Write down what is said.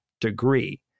degree